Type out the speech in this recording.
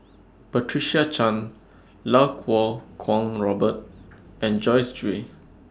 Patricia Chan Lau Kuo Kwong Robert and Joyce Jue